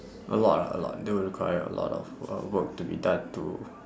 a lot ah a lot that would require a lot of uh work to be done to